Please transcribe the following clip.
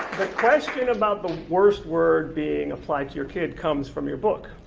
question about the worst word being applied to your kid comes from your book.